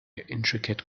intricate